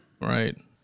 Right